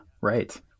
Right